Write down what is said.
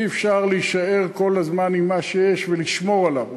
אי-אפשר להישאר כל הזמן עם מה שיש ולשמור עליו.